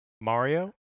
Mario